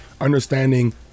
understanding